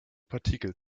partikel